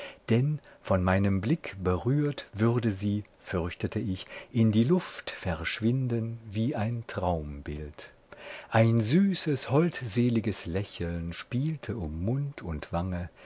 denn von meinem blick berührt würde sie fürchtete ich in die luft verschwinden wie ein traumbild ein süßes holdseliges lächeln spielte um mund und wange